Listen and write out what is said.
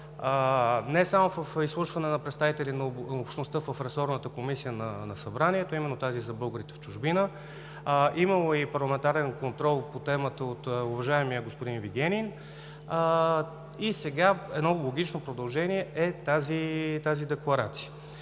не само в изслушване на представители на общността в ресорната комисия на Събранието, именно тази за българите в чужбина, а е имало и парламентарен контрол по темата от уважаемия господин Вигенин и сега – едно логично продължение е тази декларация.